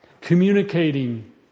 communicating